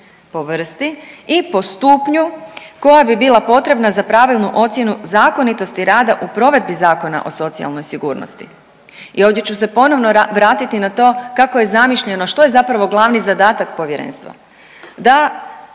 po vrsti i po stupnju koja bi bila potrebna za pravilnu ocjenu zakonitosti rada u provedbi Zakona o socijalnoj sigurnosti. I ovdje ću se ponovno vratiti na to kako je zamišljeno, što je zapravo glavni zadatak povjerenstva? Da